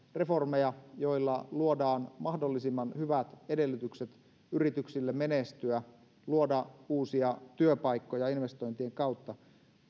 reformeja joilla luodaan mahdollisimman hyvät edellytykset yrityksille menestyä luoda uusia työpaikkoja investointien kautta